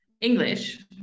English